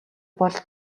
бол